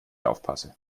aufpasse